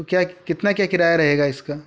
तो क्या कितना क्या किराया रहेगा इसका